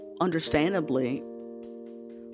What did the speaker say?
understandably